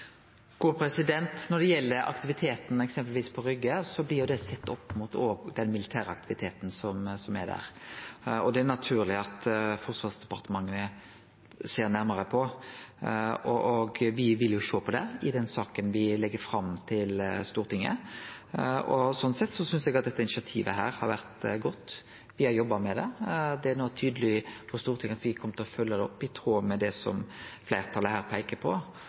Når det gjeld aktiviteten eksempelvis på Rygge, blir det sett opp mot den militære aktiviteten som er der. Det er naturleg at Forsvarsdepartementet ser nærmare på det. Me vil sjå på det i den saka vi legg fram for Stortinget. Sånn sett synest eg at dette initiativet har vore godt, og me har jobba med det. Det er no tydeleg for Stortinget at me kjem til å følgje det opp i tråd med det som fleirtalet her peiker på.